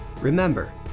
Remember